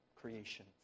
creation